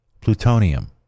plutonium